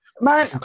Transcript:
Man